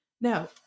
now